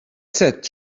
sept